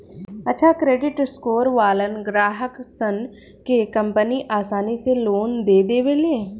अच्छा credit score वालन ग्राहकसन के कंपनि आसानी से लोन दे देवेले